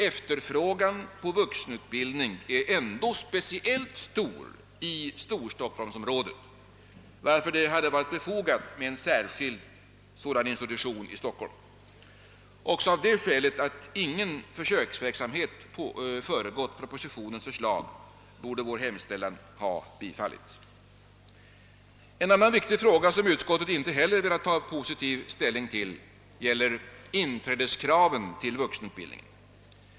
Efterfrågan på vuxenutbildning är ändå speciellt stor i storstockholmsområdet, varför det hade varit befogat med en särskild sådan institution i Stockholm. Också av det skälet att ingen försöksverksamhet föregått propositionens förslag borde vår hemställan ha bifallits. En annan viktig fråga som utskottet inte heller velat ta positiv ställning till gäller inträdeskraven till vuxenutbildningen.